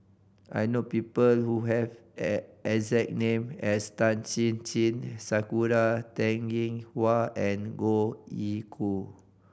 I know people who have the exact name as Tan Chin Chin Sakura Teng Ying Hua and Goh Ee Choo